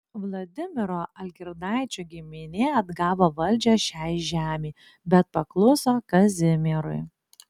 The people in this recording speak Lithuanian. vladimiro algirdaičio giminė atgavo valdžią šiai žemei bet pakluso kazimierui